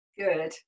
Good